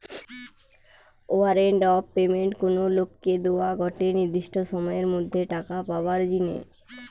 warrant of payment কোনো লোককে দোয়া গটে নির্দিষ্ট সময়ের মধ্যে টাকা পাবার জিনে